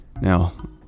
Now